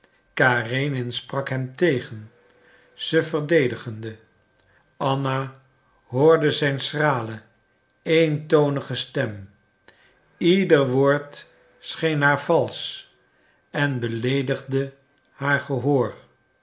sprak hem tegen ze verdedigende anna hoorde zijn schrale eentonige stem ieder woord scheen haar valsch en beleedigde haar gehoor